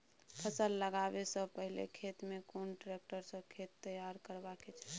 फसल लगाबै स पहिले खेत में कोन ट्रैक्टर स खेत तैयार करबा के चाही?